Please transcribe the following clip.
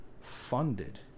funded